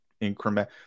increment